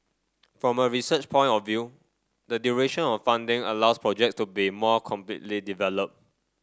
from a research point of view the duration of funding allows projects to be more completely developed